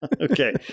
Okay